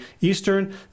Eastern